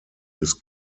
des